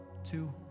Two